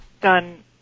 done